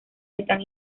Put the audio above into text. están